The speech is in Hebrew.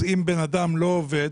אז אם בן אדם לא עובד,